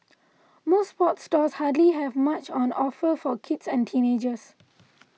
most sports stores hardly have much on offer for kids and teenagers